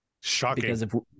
Shocking